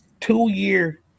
two-year –